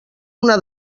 una